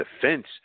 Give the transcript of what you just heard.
defense